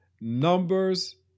Numbers